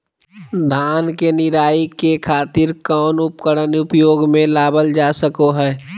धान के निराई के खातिर कौन उपकरण उपयोग मे लावल जा सको हय?